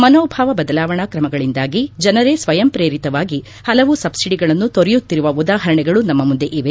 ಮನೋಭಾವ ಬದಲಾವಣಾ ಕ್ರಮಗಳಿಂದಾಗಿ ಜನರೇ ಸ್ವಯಂಪ್ರೇರಿತವಾಗಿ ಹಲವು ಸಬ್ಲಿಡಿಗಳನ್ನು ತೊರೆಯುತ್ತಿರುವ ಉದಾಹರಣೆಗಳು ನಮ್ಮ ಮುಂದೆ ಇವೆ